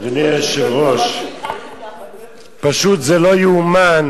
אדוני היושב-ראש, פשוט זה לא יאומן